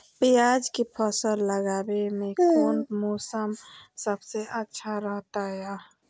प्याज के फसल लगावे में कौन मौसम सबसे अच्छा रहतय?